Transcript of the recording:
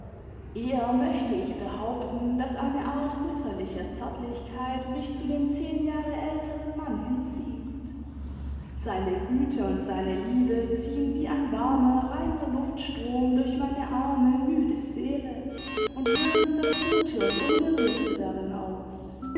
eher möchte ich behaupten daß eine art mütterlicher zärtlichkeit mich zu dem zehn jahre älteren mann hinzieht seine güte und seine liebe ziehen wie ein warmer reiner luftstrom durch meine arme müde seele und lösen das gute und unberührte darin aus